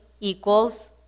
equals